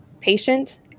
patient